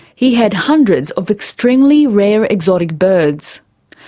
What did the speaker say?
he had hundreds of extremely rare exotic birds.